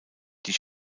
die